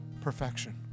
perfection